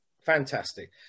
fantastic